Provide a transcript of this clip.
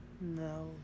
No